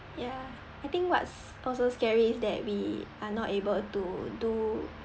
ya I think what's also scary is that we are not able to do